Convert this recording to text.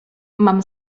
mam